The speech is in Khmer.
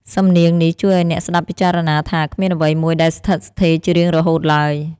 សំនៀងនេះជួយឱ្យអ្នកស្ដាប់ពិចារណាថា គ្មានអ្វីមួយដែលស្ថិតស្ថេរជារៀងរហូតឡើយ។